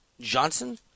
Johnson